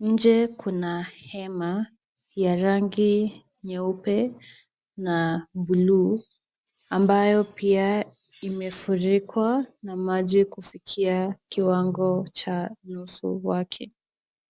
Nje kuna hema ya rangi nyeupe na buluu, ambayo pia imefurikwa na maji kufikia kiwango cha nusu wake.